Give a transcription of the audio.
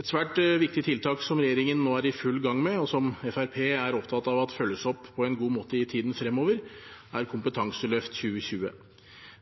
Et svært viktig tiltak som regjeringen nå er i full gang med, og som Fremskrittspartiet er opptatt av følges opp på en god måte i tiden fremover, er Kompetanseløft 2020.